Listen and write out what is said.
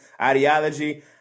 ideology